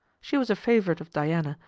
she was a favorite of diana,